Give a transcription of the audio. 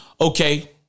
Okay